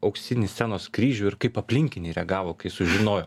auksinį scenos kryžių ir kaip aplinkiniai reagavo kai sužinojo